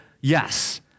yes